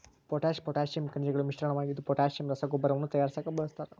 potash potassium ಖನಿಜಗಳ ಮಿಶ್ರಣವಾಗಿದ್ದು potassium ರಸಗೊಬ್ಬರಗಳನ್ನು ತಯಾರಿಸಾಕ ಬಳಸ್ತಾರ